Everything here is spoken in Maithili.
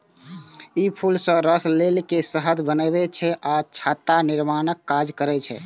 ई फूल सं रस लए के शहद बनबै छै आ छत्ता निर्माणक काज करै छै